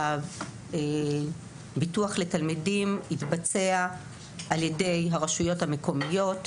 הביטוח לתלמידים התבצע על ידי הרשויות המקומיות.